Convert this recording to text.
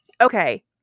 Okay